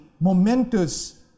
momentous